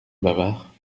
bavard